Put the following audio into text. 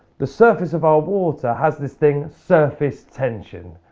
the surface of our water has this thing surface tension.